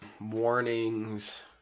Warnings